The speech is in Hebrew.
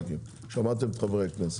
שמעתם את חברי הכנסת.